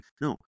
no